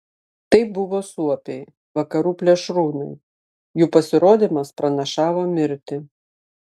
tai buvo suopiai vakarų plėšrūnai jų pasirodymas pranašavo mirtį